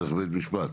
דרך בית משפט.